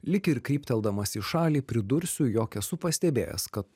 lyg ir krypteldamas į šalį pridursiu jog esu pastebėjęs kad